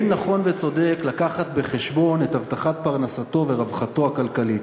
אם נכון וצודק להביא בחשבון את הבטחת פרנסתו ורווחתו הכלכלית.